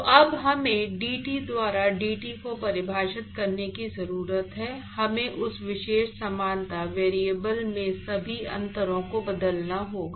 तो अब हमें dT द्वारा dt को परिभाषित करने की जरूरत है हमें उस विशेष समानता वेरिएबल में सभी अंतरों को बदलना होगा